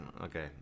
Okay